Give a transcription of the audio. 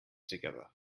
together